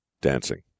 dancing